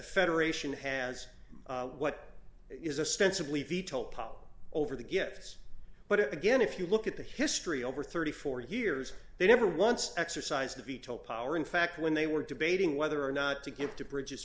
federation has what is a sense of levy told power over the gifts but again if you look at the history over thirty four years they never once exercised a veto power in fact when they were debating whether or not to give to bridge